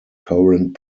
current